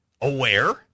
aware